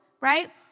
right